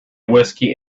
whisky